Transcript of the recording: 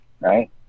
right